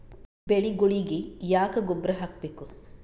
ಬೆಳಿಗೊಳಿಗಿ ಯಾಕ ಗೊಬ್ಬರ ಹಾಕಬೇಕು?